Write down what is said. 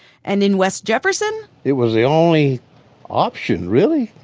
and in west jefferson, it was the only option, really.